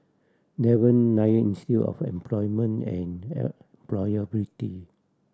Devan Nair Institute of Employment and Employability